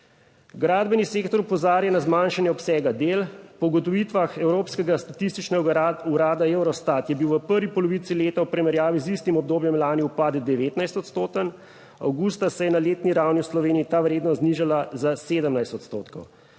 Gradbeni sektor opozarja na zmanjšanje obsega del. Po ugotovitvah evropskega statističnega urada Eurostat je bil v prvi polovici leta v primerjavi z istim obdobjem lani upad 19 odstoten, avgusta se je na letni ravni v Sloveniji ta vrednost znižala za 17 odstotkov.